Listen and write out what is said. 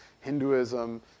Hinduism